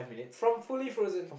from fully frozen